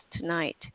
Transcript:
tonight